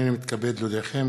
הנני מתכבד להודיעכם,